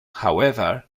however